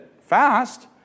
fast